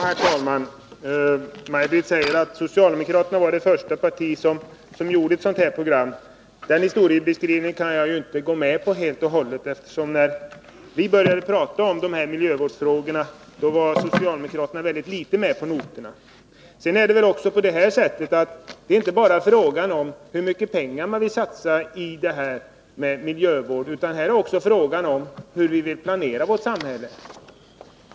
Herr talman! Maj Britt Theorin säger att socialdemokraterna var det första partiet som lade fram ett miljövårdsprogram. En sådan historieskrivning kan jag inte gå med på. När vi inom centern började tala om miljövårdsfrågorna var socialdemokraterna ytterst litet med på noterna. Det är här inte bara fråga om hur mycket pengar vi vill satsa på miljövården utan också fråga om hur vi vill planera vårt samhälle.